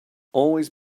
always